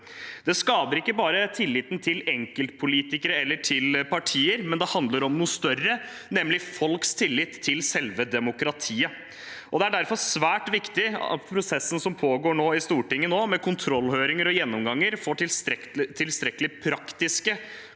Det skader ikke bare tilliten til enkeltpolitikere eller til partier, men det handler om noe større, nemlig folks tillit til selve demokratiet. Det er derfor svært viktig at prosessen som nå pågår i Stortinget med kontrollhøringer og gjennomganger, får tilstrekkelig praktiske